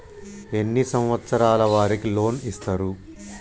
ఎన్ని సంవత్సరాల వారికి లోన్ ఇస్తరు?